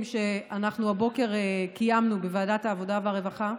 שאנחנו הבוקר קיימנו בוועדת העבודה והרווחה.